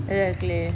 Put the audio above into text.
exactly